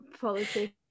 Politics